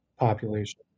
population